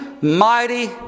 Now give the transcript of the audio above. mighty